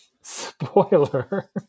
Spoiler